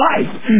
life